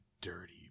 dirty